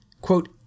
quote